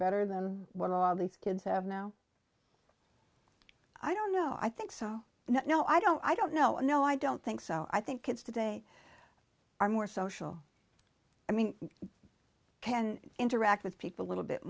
better than what all these kids have now i don't know i think so no i don't i don't know no i don't think so i think kids today are more social i mean you can interact with people little bit